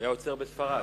הוא היה עוצר בספרד.